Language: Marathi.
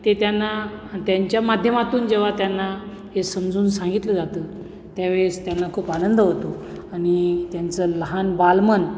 ते त्यांना त्यांच्या माध्यमातून जेव्हा त्यांना हे समजून सांगितलं जातं त्यावेळेस त्यांना खूप आनंद होतो आणि त्यांचं लहान बालमन